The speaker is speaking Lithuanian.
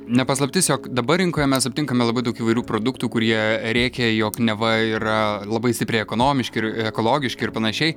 ne paslaptis jog dabar rinkoje mes aptinkame labai daug įvairių produktų kurie rėkia jog neva yra labai stipriai ekonomiški ir ekologiški ir panašiai